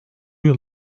yıl